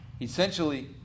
Essentially